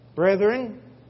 Brethren